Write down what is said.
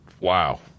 Wow